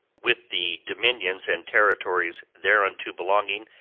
with the dominions and territories thereunto belonging,